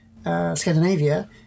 Scandinavia